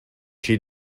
she